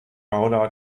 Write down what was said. gouda